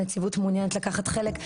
הנציבות מעוניינת לקחת חלק,